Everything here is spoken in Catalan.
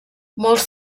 molts